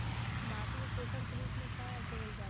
माटी में पोषण के रूप में का देवल जाला?